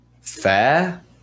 fair